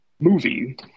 movie